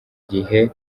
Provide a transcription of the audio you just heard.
gihe